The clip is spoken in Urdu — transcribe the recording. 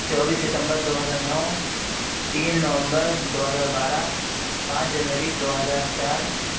چوبیس ستمبر دو ہزار نو تین نومبر دو ہزار بارہ پانچ جنوری دو ہزار چار